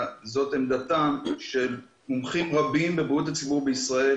זאת עמדתם של מומחים רבים לבריאות הציבור בישראל,